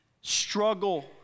struggle